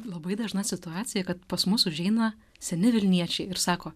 labai dažna situacija kad pas mus užeina seni vilniečiai ir sako